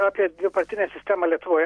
apie dvipartinę sistemą lietuvoje